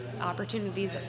opportunities